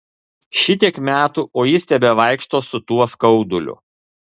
šitiek metų o jis tebevaikšto su tuo skauduliu